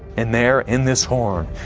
and there, in this horn,